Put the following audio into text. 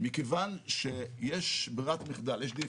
מכיוון שיש ברירת מחדל, יש דיפולט.